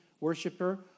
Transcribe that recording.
worshiper